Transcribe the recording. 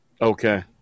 Okay